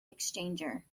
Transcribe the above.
exchanger